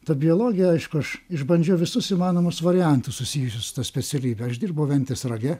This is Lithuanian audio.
ta biologija aišku aš išbandžiau visus įmanomus variantus susijusius su ta specialybe aš dirbau ventės rage